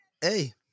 Hey